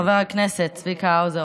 חבר הכנסת צביקה האוזר,